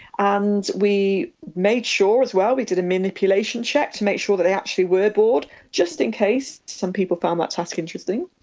and we made sure, as well, we did a manipulation check to make sure that they actually were bored, just in case some people found that task interesting,